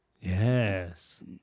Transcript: Yes